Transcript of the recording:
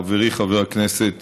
חברי חבר כנסת